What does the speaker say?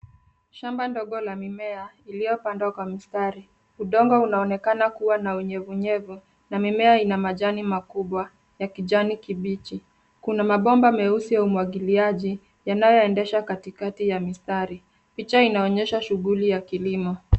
Shamba dogo la mimea iliyopandwa kwa mstari. Udongo unaonekana kuwa na unyevu nyevu na mimea ina majani makubwa ya kijani kibichi. Kuna mabomba meusi ya umwagiliaji yanayoendesha katikati ya mistari. Picha inaonyesha shughuli ya kilimo.